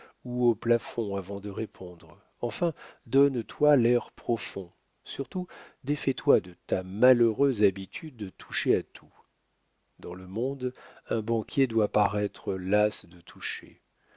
ou au plafond avant de répondre enfin donne toi l'air profond surtout défais toi de ta malheureuse habitude de toucher à tout dans le monde un banquier doit paraître las de toucher